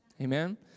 Amen